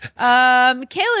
kayla